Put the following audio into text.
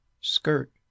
Skirt